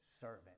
servant